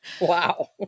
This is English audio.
Wow